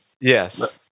yes